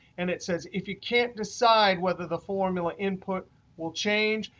and it says, if you can't decide whether the formula input will change,